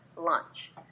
Lunch